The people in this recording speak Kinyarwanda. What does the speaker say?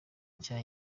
nshya